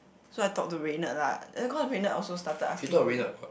so I talk to Raynerd lah then cause Raynerd also started asking me